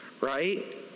Right